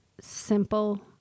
simple